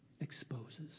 exposes